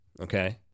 Okay